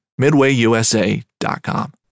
midwayusa.com